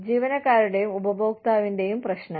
ജീവനക്കാരുടെയും ഉപഭോക്താവിന്റെയും പ്രശ്നങ്ങൾ